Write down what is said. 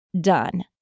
done